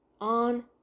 on